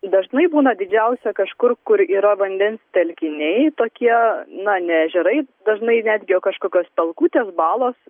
dažnai būna didžiausia kažkur kur yra vandens telkiniai tokie na ne ežerai dažnai netgi o kažkokios pelkutės balos